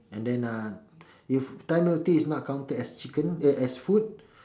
and then uh if Thai milk tea is not counted as chicken eh as food